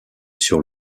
sur